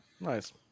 nice